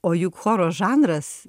o juk choro žanras